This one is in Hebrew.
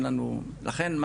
לכן,